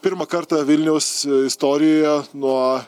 pirmą kartą vilniaus istorijoje nuo